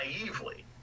naively